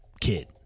kid